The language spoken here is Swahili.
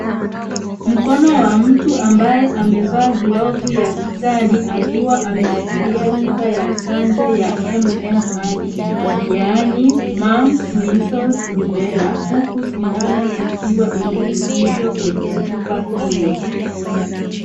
Mkono wa mtu amabye amevaa glovu ya kijani akiwa ameshikilia chupa ya chanjo ya MMR yaani Mumps, Measles, Rubella, huku sindano ikiwa imeingizwa kwenye chupa hiyo.